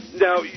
Now